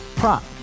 prop